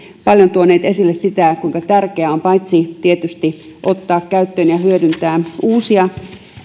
paljon tuoneet esille sitä kuinka tärkeää on paitsi tietysti ottaa käyttöön ja hyödyntää uusia